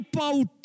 out